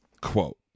quote